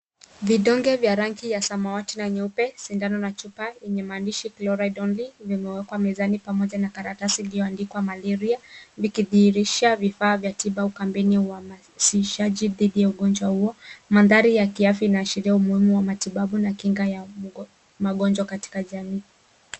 Vidonge vya rangi ya samawati na nyeupe, sindano na chupa yenye maandishi, fluoride only, imewekwa mezani pamoja na karatasi iliyoandikwa malaria likidhihirisha vifaa vya tiba au kampeni ya uhamasishaji dhidi ya ugonjwa huo. Mandhari ya kiafya inaashiria umuhimu wa matibabu na kinga ya magonjwa katika jamii.